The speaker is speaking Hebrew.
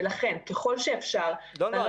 ולכן ככל שאפשר --- לא,